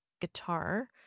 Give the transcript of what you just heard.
guitar